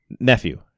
Nephew